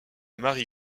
mary